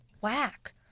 whack